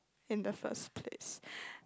in the first place